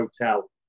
Hotel